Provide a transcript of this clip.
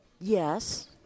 Yes